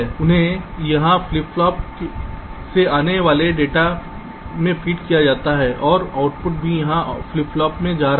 इन्हें यहाँ flip flop से आने वाले कुछ डेटा से फीड किया जाता है और आउटपुट भी यहाँ फ्लिप फ्लॉप में जा रहा है